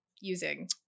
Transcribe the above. Using